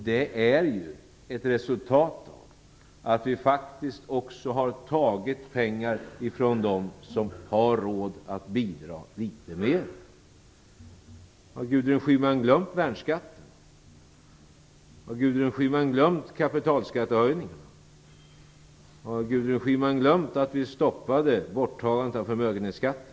Detta är resultatet av att vi faktiskt också har tagit pengar från dem som har råd att bidra litet mera. Har Gudrun Schyman glömt värnskatten? Har Har Gudrun Schyman glömt att vi stoppade borttagandet av förmögenhetsskatten?